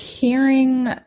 hearing